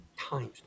times